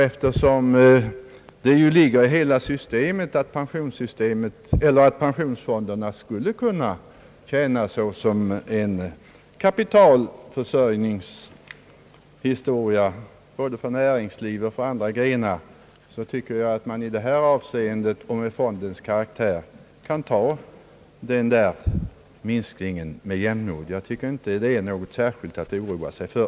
Eftersom det ju ligger i hela systemet, att pensionsfonderna skulle kunna tjäna såsom en kapitalförsörjning både för näringslivet och för andra grenar, tycker jag att man i detta avseende med hänsyn till fondens karaktär kan ta denna värdeminskning med jämnmod. Jag tycker inte att detta är något särskilt att oroa sig för.